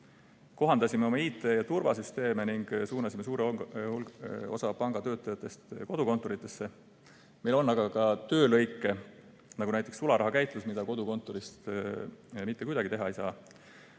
Kohandasime oma IT‑ ja turvasüsteeme ning suunasime suure osa panga töötajatest kodukontoritesse. Meil on aga ka töölõike, näiteks sularahakäitlus, mida kodukontorist mitte kuidagi teha ei saa.